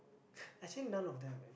actually none of them eh